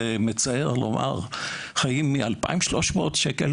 מצער לומר, חיים מקצבת ביטוח לאומי של 2,300 שקל